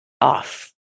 off